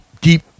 deep